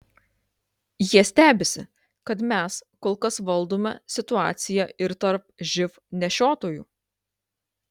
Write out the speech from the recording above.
jie stebisi kad mes kol kas valdome situaciją ir tarp živ nešiotojų